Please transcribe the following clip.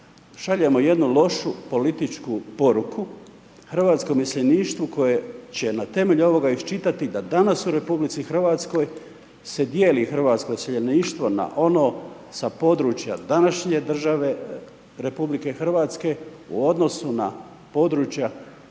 šaljemo jednu lošu političku poruku hrvatskom iseljeništvu, koje će na temelju ovoga iščitati, da danas u RH, se dijeli hrvatsko iseljeništvo na ono sa područja današnje države RH u odnosu na područja drugih